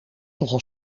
nogal